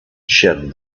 shouted